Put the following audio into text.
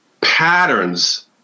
patterns